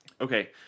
Okay